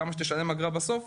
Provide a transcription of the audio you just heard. כמה שתשלם אגרה בסוף,